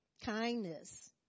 Kindness